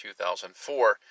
2004